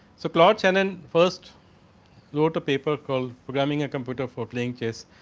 so, clot channel first wrote a paper called programming a computer for playing chess.